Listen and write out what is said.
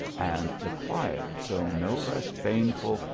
and the quiet, though no less baneful,